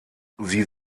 sie